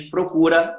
Procura